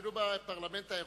אפילו בפרלמנט האירופי,